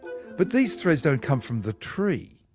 but these threads don't come from the tree,